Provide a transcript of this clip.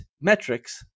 metrics